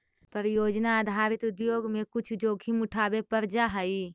परियोजना आधारित उद्योग में कुछ जोखिम उठावे पड़ जा हई